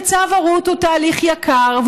וצו הורות הוא תהליך יקר,